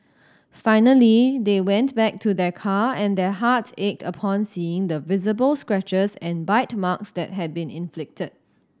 finally they went back to their car and their hearts ached upon seeing the visible scratches and bite marks that had been inflicted